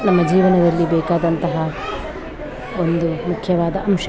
ನಮ್ಮ ಜೀವನದಲ್ಲಿ ಬೇಕಾದಂತಹ ಒಂದು ಮುಖ್ಯವಾದ ಅಂಶ